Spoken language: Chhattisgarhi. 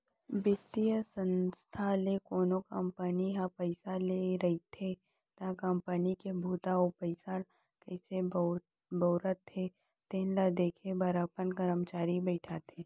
बित्तीय संस्था ले कोनो कंपनी ह पइसा ले रहिथे त कंपनी के बूता अउ पइसा ल कइसे बउरत हे तेन ल देखे बर अपन करमचारी बइठाथे